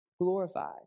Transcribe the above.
glorified